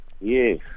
Yes